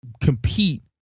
compete